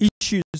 issues